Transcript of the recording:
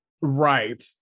Right